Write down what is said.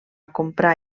comprar